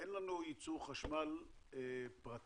אין לנו ייצור חשמל פרטי